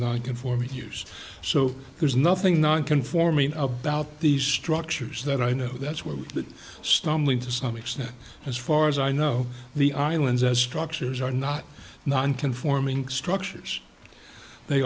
non conforming use so there's nothing non conforming about these structures that i know that's where the stumbling to some extent as far as i know the islands as structures are not non conforming structures they